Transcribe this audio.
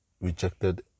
rejected